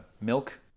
milk